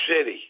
City